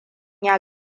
ya